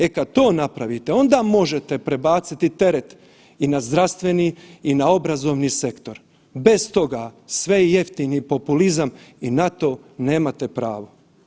E kada to napravite onda možete prebaciti teret i na zdravstveni i na obrazovni sektor, bez toga sve je jeftini populizam i na to nemate pravo.